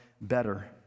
better